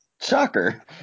shocker